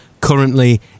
currently